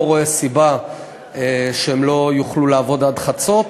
אני לא רואה סיבה שהם לא יוכלו לעבוד עד חצות,